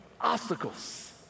obstacles